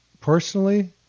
Personally